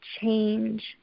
change